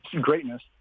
greatness